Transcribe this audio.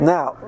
Now